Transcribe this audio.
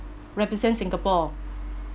represent singapore